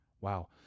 Wow